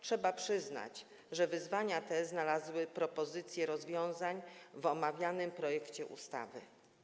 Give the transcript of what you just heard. Trzeba przyznać, że wyzwania te znalazły propozycje rozwiązań w omawianym projekcie ustawy.